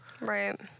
Right